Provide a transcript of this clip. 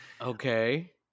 okay